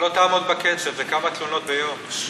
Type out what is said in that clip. לא תעמוד בקצב, זה כמה תלונות ביום.